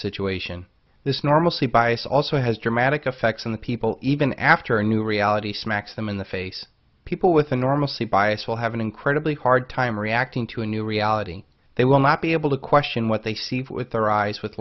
situation this normalcy bias also has a dramatic effect on the people even after a new reality smacks them in the face people with enormously bias will have an incredibly hard time reacting to a new reality they will not be able to question what they see with their eyes with